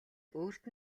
өөрт